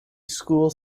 school